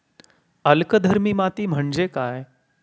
अल्कधर्मी माती म्हणजे काय?